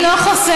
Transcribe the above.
אני לא חוסמת.